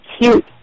cute